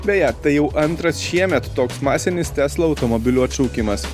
beje tai jau antras šiemet toks masinis tesla automobilių atšaukimas